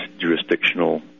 jurisdictional